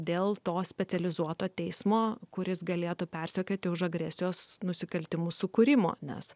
dėl to specializuoto teismo kuris galėtų persekioti už agresijos nusikaltimus sukūrimo nes